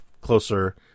closer